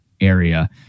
area